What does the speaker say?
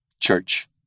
Church